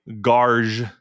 Garge